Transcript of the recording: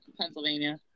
Pennsylvania